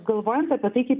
galvojant apie tai kaip